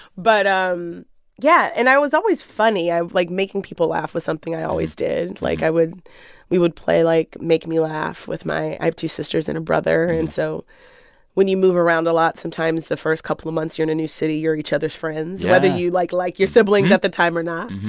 but um yeah. and i was always funny. i like, making people laugh was something i always did. like, i would we would play, like, make me laugh with my i have two sisters and a brother. and so when you move around a lot, sometimes the first couple of months you're in a new city, you're each other's friends. yeah. whether you, like, like your siblings at the time or not.